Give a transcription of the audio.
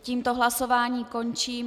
Tímto hlasování končím.